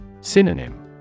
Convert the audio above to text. Synonym